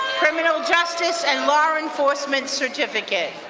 criminal justice and law enforcement certificate.